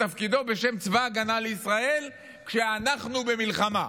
תפקידו בשם צבא ההגנה לישראל כשאנחנו במלחמה.